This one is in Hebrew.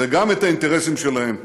וגם את האינטרסים שלהם.